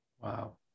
Wow